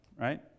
right